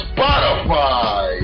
Spotify